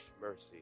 mercy